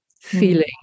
feeling